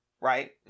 right